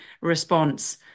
response